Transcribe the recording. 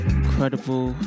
incredible